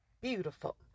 beautiful